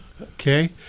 Okay